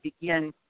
begin